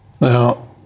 Now